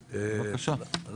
בבקשה.